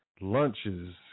lunches